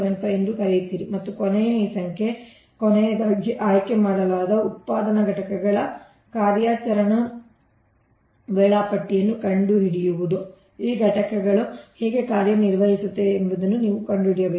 39375 ಎಂದು ಕರೆಯುತ್ತೀರಿ ಮತ್ತು ಕೊನೆಯದು ಈ ಸಂಖ್ಯೆ ಕೊನೆಯದಾಗಿ ಆಯ್ಕೆ ಮಾಡಲಾದ ಉತ್ಪಾದನಾ ಘಟಕಗಳ ಕಾರ್ಯಾಚರಣಾ ವೇಳಾಪಟ್ಟಿಯನ್ನು ಕಂಡುಹಿಡಿಯುವುದು ಈ ಘಟಕಗಳು ಹೇಗೆ ಕಾರ್ಯನಿರ್ವಹಿಸುತ್ತವೆ ಎಂಬುದನ್ನು ನೀವು ಕಂಡುಹಿಡಿಯಬೇಕು